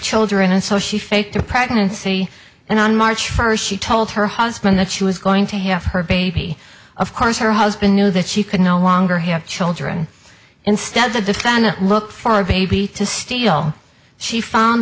children and so she faked a pregnancy and on march first she told her husband that she was going to have her baby of course her husband knew that she could no longer have children instead the defendant look for a baby to steal she found